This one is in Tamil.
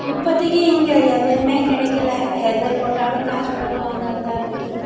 இப்போதக்கு இங்கே எதுவுமே கிடைக்கல எது போட்டாலும் காசு போட்டு வாங்குரதாக இருக்குது